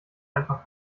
einfach